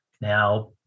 now